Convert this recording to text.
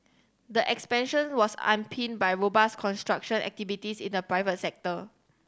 the expansion was underpinned by robust construction activities in the private sector